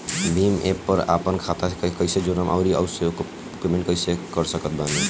Bhim app पर आपन खाता के कईसे जोड़म आउर ओसे पेमेंट कईसे कर सकत बानी?